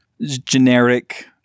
generic